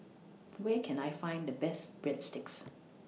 Where Can I Find The Best Breadsticks